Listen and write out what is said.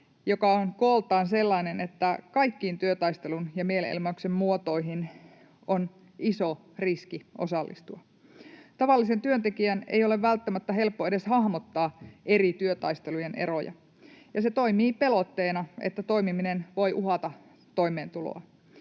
joka on kooltaan sellainen, että kaikkiin työtaistelun ja mielenilmauksen muotoihin on iso riski osallistua. Tavallisen työntekijän ei ole välttämättä helppo edes hahmottaa eri työtaistelujen eroja, ja se toimii pelotteena, että toimiminen voi uhata toimeentuloa.